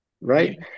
right